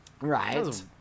right